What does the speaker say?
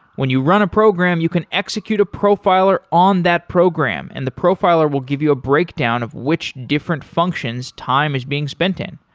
when you run a program, you can execute a profiler on that program and the profiler will give you a breakdown of which different functions time is being spent in.